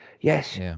Yes